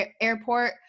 airport